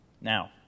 Now